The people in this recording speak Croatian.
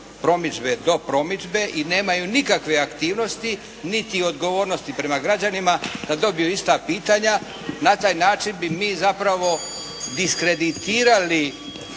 promidžbe do promidžbe i nemaju nikakve aktivnosti niti odgovornosti prema građanima, da dobiju ista pitanja, na taj način bi mi zapravo diskreditirali